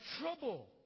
trouble